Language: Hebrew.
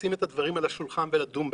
לשים את הדברים על השולחן ולדון בהם.